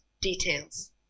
details